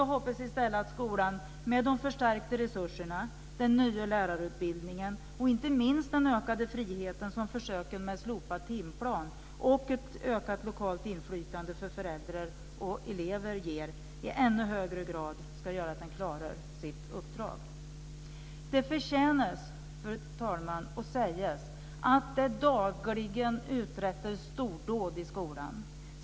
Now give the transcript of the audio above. Jag hoppas i stället att skolan med de förstärkta resurserna, den nya lärarutbildningen och inte minst den ökade friheten som försöken med slopad timplan och ett ökat lokalt inflytande för föräldrar och elever ger i ännu högre grad ska göra att den klarar sitt uppdrag. Fru talman! Det förtjänar att sägas att det dagligen uträttas stordåd i skolan.